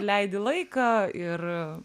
leidi laiką ir